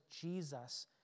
Jesus